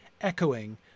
echoing